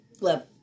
love